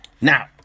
Now